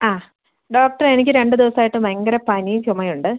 ആ ഡോക്ടർ എനിക്ക് രണ്ട് ദിവസം ആയിട്ട് ഭയങ്കര പനിയും ചുമയും ഉണ്ട്